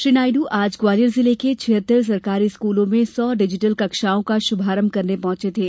श्री नायडू आज ग्वालियर जिले के छियत्तर सरकारी स्कलों में सौ डिजिटल कक्षाओं का शुभारंभ करने पहंचे थे